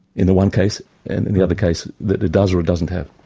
in the one case, and in the other case that it does or it doesn't have.